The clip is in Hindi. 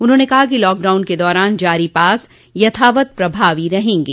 उन्होंने कहा कि लॉकडाउन के दौरान जारी पास यथावत प्रभावो रहेंगे